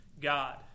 God